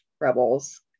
Rebels